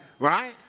Right